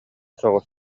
соҕус